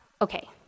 okay